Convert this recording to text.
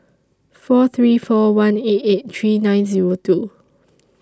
four three four one eight eight three nine Zero two